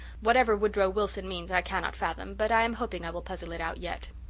whatever woodrow wilson means i cannot fathom but i am hoping i will puzzle it out yet.